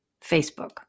Facebook